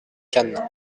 cannes